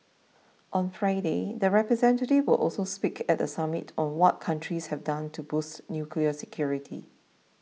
on Friday the representatives will also speak at the summit on what countries have done to boost nuclear security